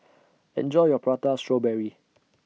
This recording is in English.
Enjoy your Prata Strawberry